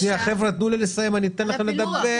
שנייה, חבר'ה, תנו לי לסיים, אני אתן לכם לדבר.